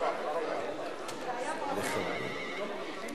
אבל את המעורבות הזאת למען טוהר המידות ולמען ניקיון הכפיים.